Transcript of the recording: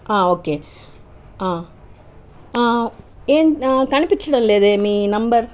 okay ఏమ్ కనిపించటం లేదే మీ నంబర్